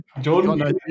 Jordan